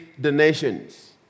donations